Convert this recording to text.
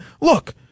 look